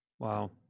Wow